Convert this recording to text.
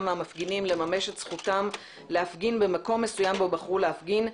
מהמפגינים לממש את זכותם להפגין במקום מסוים בו בחרו להפגין,